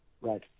right